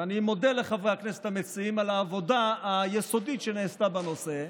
ואני מודה לחברי הכנסת המציעים על העבודה היסודית שנעשתה בנושא,